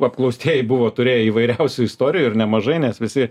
apklaustieji buvo turėję įvairiausių istorijų ir nemažai nes visi